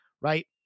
right